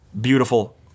beautiful